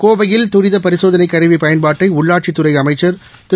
கோவையில் தரித பரிசோதனை கருவி பயன்பாட்டை உள்ளாட்சித்துறை அமைச்சா் திரு